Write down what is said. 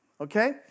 Okay